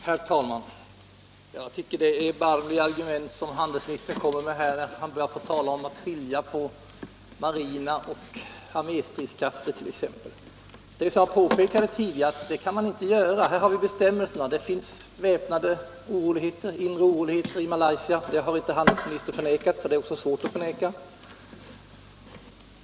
Herr talman! Jag tycker det är erbarmliga argument som handelsministern kommer med när han t.ex. börjar tala om att skilja på marina stridskrafter och arméstridskrafter. Det kan man inte göra, som jag påpekade tidigare. Här har vi bestämmelserna. Det förekommer beväpnade grupper och väpnade inre oroligheter i Malaysia. Detta har inte handelsministern förnekat, och det är också svårt att förneka.